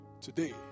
today